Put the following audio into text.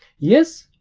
yes,